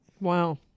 Wow